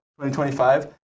2025